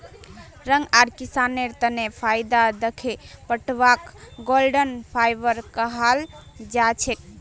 रंग आर किसानेर तने फायदा दखे पटवाक गोल्डन फाइवर कहाल जाछेक